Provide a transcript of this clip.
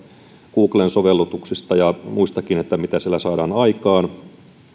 googlen sovellutuksista ja muistakin mitä sillä saadaan aikaan